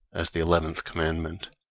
as the eleventh commandment.